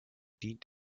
dient